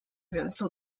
元素